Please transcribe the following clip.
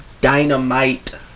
Dynamite